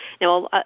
Now